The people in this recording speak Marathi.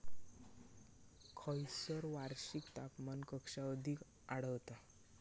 खैयसर वार्षिक तापमान कक्षा अधिक आढळता?